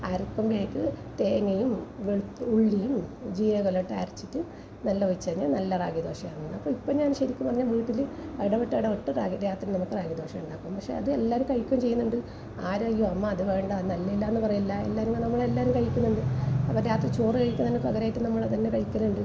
അരയ്ക്കാനായിട്ട് തേങ്ങയും വെളുത്തുള്ളിയും ജീരകവും എല്ലാം ഇട്ട് അരച്ചിട്ട് വെള്ളമൊഴിച്ചാല് നല്ല റാഗി ദോശയാകുമെന്ന് അപ്പം ഇപ്പം ഞാൻ ശരിക്കും പറഞ്ഞാൽ വീട്ടില് ഇട വിട്ട് ഇട വിട്ട് റാഗി രാത്രി നമുക്ക് റാഗി ദോശ ഉണ്ടാക്കും പക്ഷേ അത് എല്ലാവരും കഴിക്കുകയും ചെയ്യുന്നുണ്ട് ആരോഗ്യമാകുമ്പം അത് വേണ്ടാന്ന് നല്ലതല്ലാന്ന് പറയില്ല എല്ലാവരും നമ്മളെല്ലാവരും കഴിക്കുന്നുണ്ട്